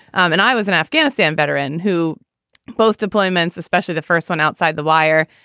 and i was an afghanistan veteran who both deployments, especially the first one outside the wire.